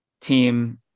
team